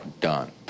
done